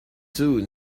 soon